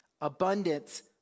Abundance